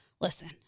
listen